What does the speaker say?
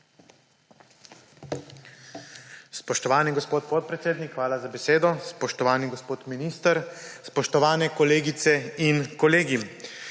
Spoštovani gospod podpredsednik, hvala za besedo. Spoštovani gospod minister, spoštovane kolegice in kolegi!